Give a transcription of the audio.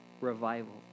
revival